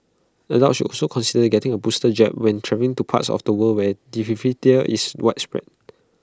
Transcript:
adults should also consider getting A booster jab when travelling to parts of the world where diphtheria is widespread